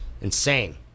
insane